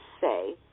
say